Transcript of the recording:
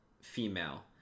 female